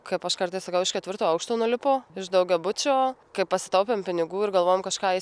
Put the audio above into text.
kaip aš kartais sakau iš ketvirto aukšto nulipo iš daugiabučio kai pasitaupėm pinigų ir galvojom kažką